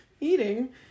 eating